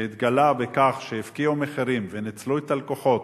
שהתגלה בכך שהפקיעו מחירים וניצלו את הלקוחות,